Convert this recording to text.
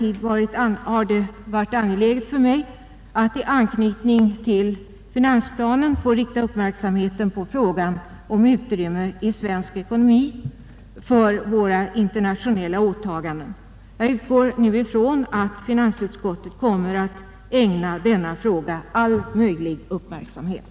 I dag har det varit angeläget för mig att i anknytning till finansplanen få rikta uppmärksamheten på frågan om utrymmet i svensk ekonomi för våra internationella åtaganden. Jag utgår ifrån att finansutskottet kommer att ägna denna fråga all möjlig uppmärksamhet.